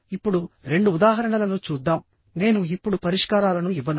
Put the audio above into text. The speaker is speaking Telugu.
ఇప్పుడు రెండు ఉదాహరణలను చూద్దాం నేను ఇప్పుడు పరిష్కారాలను ఇవ్వను